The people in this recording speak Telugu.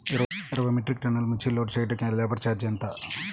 ఇరవై మెట్రిక్ టన్నులు మిర్చి లోడ్ చేయుటకు లేబర్ ఛార్జ్ ఎంత?